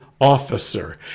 officer